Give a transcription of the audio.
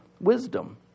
wisdom